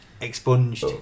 expunged